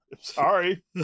Sorry